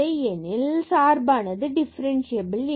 எனில் சார்பானது டிஃபரண்சியபியல் இல்லை